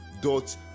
dot